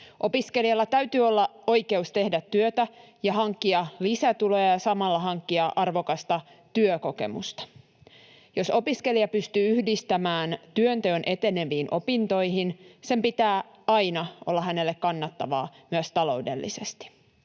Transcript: Opiskelijalla täytyy olla oikeus tehdä työtä ja hankkia lisätuloja ja samalla hankkia arvokasta työkokemusta. Jos opiskelija pystyy yhdistämään työnteon eteneviin opintoihin, sen pitää aina olla hänelle kannattavaa myös taloudellisesti.